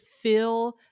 feel